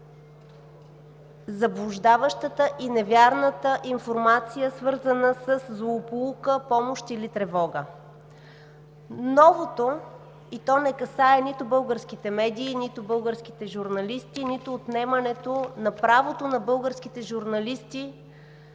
заблуждаващата и невярната информация, свързана със злополука, помощ или тревога. Новото, и то не касае нито българските медии, нито българските журналисти, нито отнемането на правото на българските журналисти